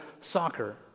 soccer